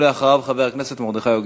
ואחריו, חבר הכנסת מרדכי יוגב.